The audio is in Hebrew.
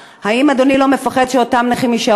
האם אדוני לא מפחד שאותם נכים יישארו בלי